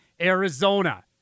Arizona